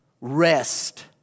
rest